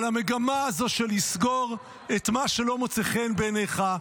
אבל המגמה הזו של לסגור את מה שלא מוצא חן בעיניך,